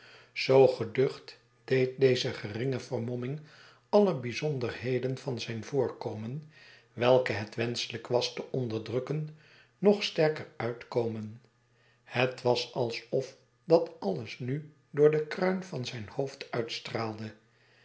zoo geducht deed deze geringe vermomming alle bijzonderheden van zijn voorkomen welke het wenschelijk was te onderdrukken nog sterker uitkomen het was alsof dat alles nu door de kruin van zijn hoofd uitstraalde